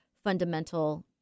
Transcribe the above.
fundamental